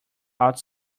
out